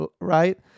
right